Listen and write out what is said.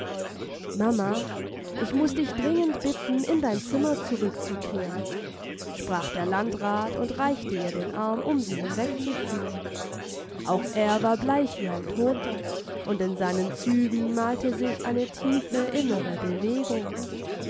mama ich muß dich dringend bitten in dein zimmer zurückzukehren sprach der landrat und reichte ihr den arm um sie hinwegzuführen auch er war bleich wie ein toter und in seinen zügen malte sich eine tiefe innere bewegung